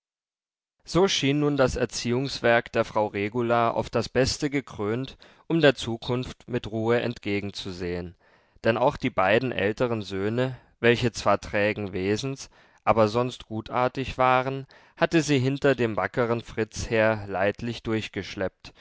so schien nun das erziehungswerk der frau regula auf das beste gekrönt um der zukunft mit ruhe entgegenzusehen denn auch die beiden älteren söhne welche zwar trägen wesens aber sonst gutartig waren hatte sie hinter dem wackeren fritz her leidlich